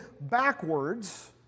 backwards